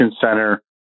center